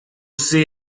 see